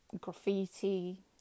graffiti